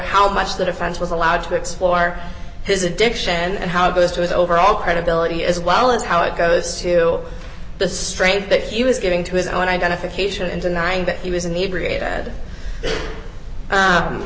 how much that offense was allowed to explore his addiction and how it goes to his overall credibility as well as how it goes to the strain that he was giving to his own identification and denying that he was in